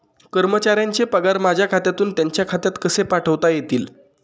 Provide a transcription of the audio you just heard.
कर्मचाऱ्यांचे पगार माझ्या खात्यातून त्यांच्या खात्यात कसे पाठवता येतील?